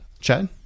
Chad